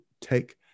take